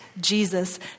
Jesus